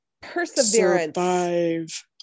Perseverance